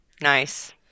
Nice